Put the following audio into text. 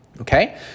okay